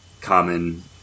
common